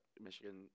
Michigan –